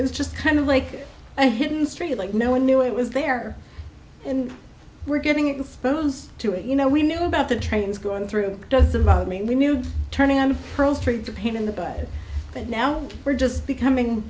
is just kind of like a hidden street like no one knew it was there and were getting exposed to it you know we knew about the trains going through doesn't mean we knew turning on the street the pain in the bud and now we're just becoming